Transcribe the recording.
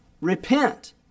repent